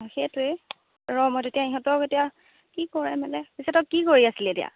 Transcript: সেইটোৱে ৰহ্ মই তেতিয়া ইহঁতক এতিয়া কি কৰে মানে পিছে তই কি কৰি আছিলি এতিয়া